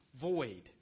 void